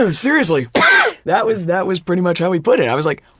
so seriously! yeah that was that was pretty much how he put it. i was like,